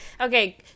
Okay